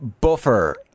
buffer